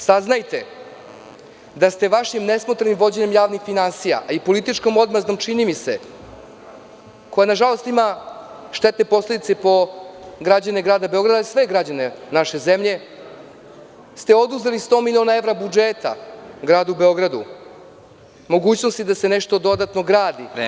Saznajte da ste vašim nesmotrenim vođenjem javnih finansija, a i političkom odmazdom čini mi se, koja na žalost ima štetne posledice po građane grada Beograda i sve građane naše zemlje, ste oduzeli 100 miliona evra budžeta gradu Beogradu, mogućnosti da se nešto dodatno gradi.